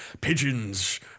Pigeons